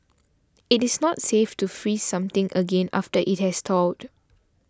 it is not safe to freeze something again after it has thawed